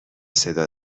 صدا